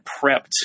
prepped